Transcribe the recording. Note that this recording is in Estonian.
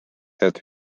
head